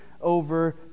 over